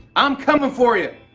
i'm coming for you.